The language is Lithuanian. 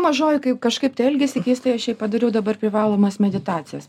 mažoji kai kažkaip tai elgiasi keistai aš jai padariau dabar privalomas meditacijas